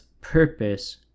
purpose